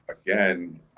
again